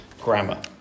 grammar